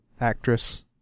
actress